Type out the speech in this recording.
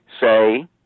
say